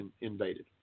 invaded